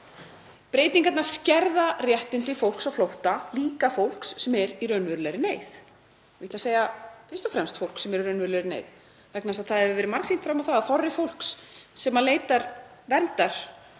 Breytingarnar skerða réttindi fólks á flótta, líka fólks sem er í raunverulegri neyð — og ég ætla að segja: fyrst og fremst fólks sem er í raunverulegri neyð, vegna þess að það hefur verið margsýnt fram á að þorri fólks sem leitar verndar